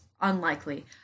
unlikely